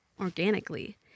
organically